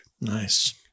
nice